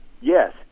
yes